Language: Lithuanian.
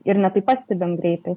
ir ne taip pastebim greitai